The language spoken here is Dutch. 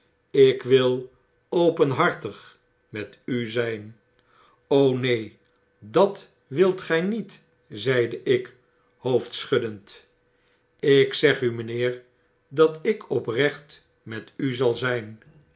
ik wil openhartig met u zyn neen dat wilt gy niet i zei ik hoofdschuddend ik zeg u mynheer dat ik oprecht met u zal zijn